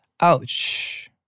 Ouch